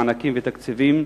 מענקים ותקציבים,